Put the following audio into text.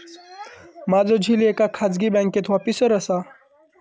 माझो झिल एका खाजगी बँकेत ऑफिसर असा